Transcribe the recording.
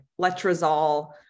letrozole